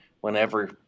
whenever